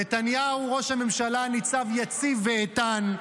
נתניהו, ראש הממשלה, ניצב יציב ואיתן,